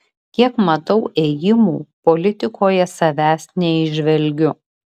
kiek matau ėjimų politikoje savęs neįžvelgiu